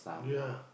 ya